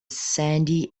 sandy